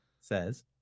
says